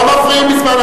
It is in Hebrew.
התשע"א